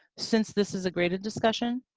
since this is a graded discussion,